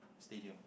Stadium